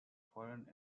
foreign